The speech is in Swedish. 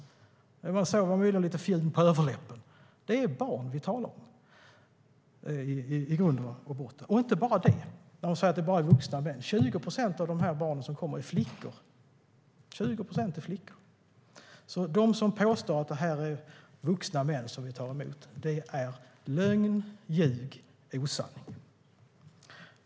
Man såg möjligen lite fjun på överläppen. Det är barn vi talar om i grund och botten. Och inte bara det! Det sägs att det bara är vuxna män, men 20 procent av de barn som kommer är flickor. De som påstår att det är vuxna män vi tar emot ägnar sig åt lögn, ljug och osanning.